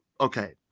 okay